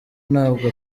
ntabwo